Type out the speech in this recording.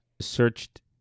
searched